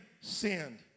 sinned